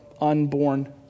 unborn